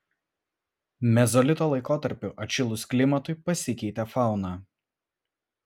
mezolito laikotarpiu atšilus klimatui pasikeitė fauna